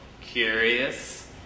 curious